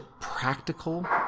practical